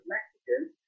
Mexicans